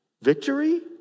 Victory